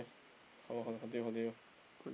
eh how how continue continue